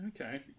Okay